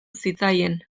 zitzaien